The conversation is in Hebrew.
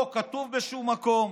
לא כתוב בשום מקום.